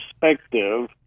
perspective